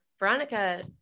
Veronica